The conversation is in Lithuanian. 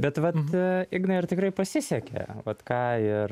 bet vat ignai ar tikrai pasisekė vat ką ir